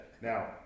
Now